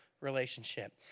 relationship